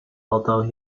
although